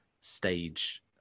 stage